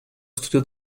studio